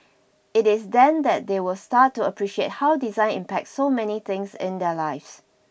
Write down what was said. it is then that they will start to appreciate how design impacts so many things in their lives